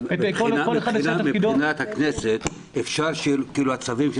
אבל מבחינת הכנסת אפשר שהצווים של